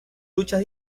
luchas